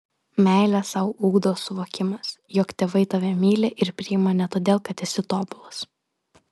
meilę sau ugdo suvokimas jog tėvai tave myli ir priima ne todėl kad esi tobulas